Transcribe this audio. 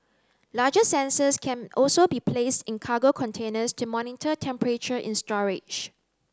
larger sensors can also be placed in cargo containers to monitor temperature in storage